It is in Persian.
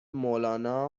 مولانا